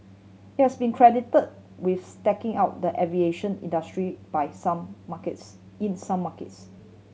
it has been credit with stacking out the aviation industry by some markets in some markets